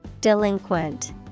Delinquent